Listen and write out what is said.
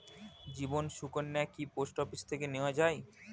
জীবন সুকন্যা কি post office থেকে নেওয়া যায়?